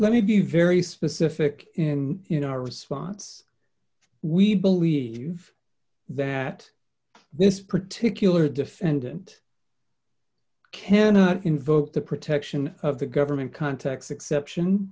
let me be very specific in you know response we believe that this particular defendant cannot invoke the protection of the government context exception